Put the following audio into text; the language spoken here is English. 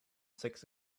six